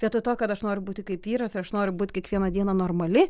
vietoj to kad aš noriu būti kaip vyras aš noriu būt kiekvieną dieną normali